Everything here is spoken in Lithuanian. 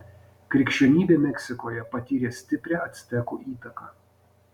krikščionybė meksikoje patyrė stiprią actekų įtaką